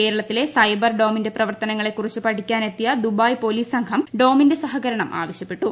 കേരളത്തിലെ സൈബർ ഡോമിന്റെ പ്രർത്തനങ്ങളെ കുറിച്ച് പഠിക്കാൻ എത്തിയ ദുബായ് പോലീസ് സംഘം ഡോമിന്റെ സഹകരണം ആവശ്യപ്പെട്ടു